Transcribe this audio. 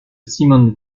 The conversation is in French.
simone